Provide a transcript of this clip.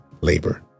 labor